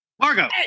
Margo